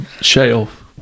shelf